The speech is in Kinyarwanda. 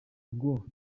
ngo